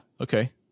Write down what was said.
Okay